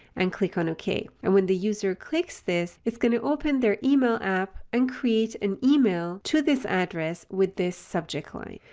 and click on ok. and when the user clicks this, it's going to open their email app and create an email to this address with this subject line.